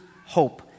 hope